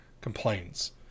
complains